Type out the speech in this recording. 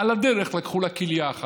על הדרך לקחו לה כליה אחת.